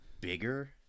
bigger